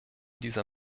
dieser